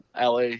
LA